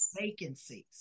vacancies